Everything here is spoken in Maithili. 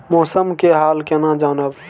मौसम के हाल केना जानब?